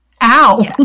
ow